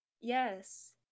Yes